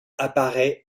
apparaît